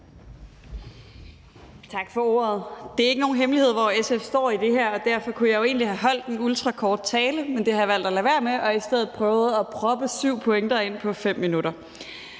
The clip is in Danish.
Tak for ordet. Det er ikke nogen hemmelighed, hvor SF står i det her, og derfor kunne jeg jo egentlig have holdt en ultrakort tale, men det har jeg valgt at lade være med og i stedet prøvet at proppe syv pointer ind på 5 minutter.